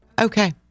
Okay